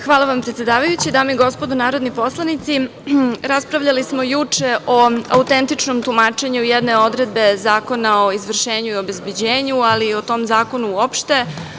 Hvala vam predsedavajući, dame i gospodo narodni poslanici, raspravljali smo juče o autentičnom tumačenju jedne odredbe Zakona o izvršenju i obezbeđenju, ali i o tom zakonu uopšte.